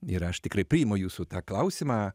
ir aš tikrai priimu jūsų tą klausimą